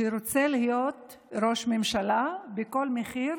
שרוצה להיות ראש ממשלה בכל מחיר,